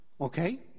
Okay